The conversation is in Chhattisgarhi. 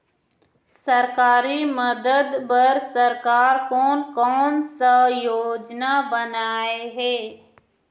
सरकारी मदद बर सरकार कोन कौन सा योजना बनाए हे?